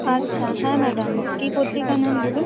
আচ্ছা হ্যাঁ ম্যাডাম কী পত্রিকা নেন বলুন